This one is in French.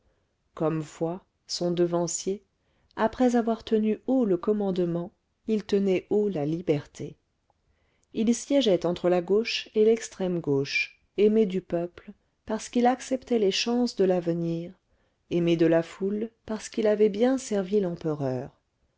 comme foy son devancier après avoir tenu haut le commandement il tenait haut la liberté il siégeait entre la gauche et l'extrême gauche aimé du peuple parce qu'il acceptait les chances de l'avenir aimé de la foule parce qu'il avait bien servi l'empereur